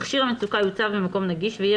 מכשיר המצוקה יוצב במקום נגיש ויהיה